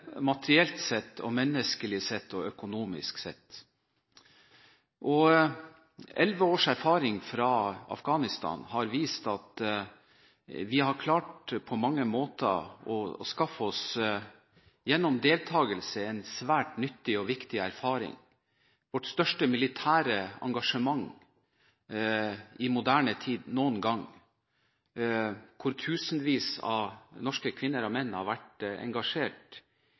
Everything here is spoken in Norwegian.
materielt, menneskelig og økonomisk sett. Elleve års erfaring fra Afghanistan har vist at vi gjennom deltagelse på mange måter har klart å skaffe oss en svært nyttig og viktig erfaring. Dette er vårt største militære engasjement noen gang i moderne tid; tusenvis av norske kvinner og menn har vært engasjert